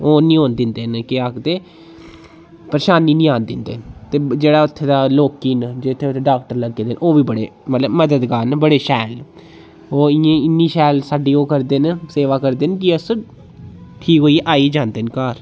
ओह् नी होन दिंदे केह् आखदे परेशानी नी आन दिंदे ते जेह्ड़ा उत्थें दे लोकीं न जित्थे उत्थें डाक्टर लग्गे दे ओह् बी बड़े मतलब मददगार न बड़े शैल न ओह् इन्नी इन्नी शैल साड्डी ओह् करदे न सेवा करदे न कि अस ठीक होइयै आई जांदे न घर